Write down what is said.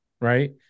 Right